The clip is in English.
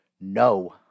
no